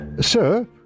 Sir